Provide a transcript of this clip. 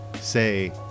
say